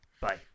Bye